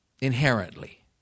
inherently